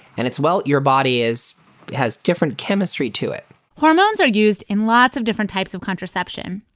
and it's well, your body is has different chemistry to it hormones are used in lots of different types of contraception.